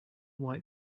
white